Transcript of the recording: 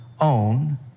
own